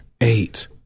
Eight